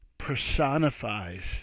personifies